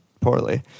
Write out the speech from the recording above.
poorly